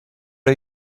are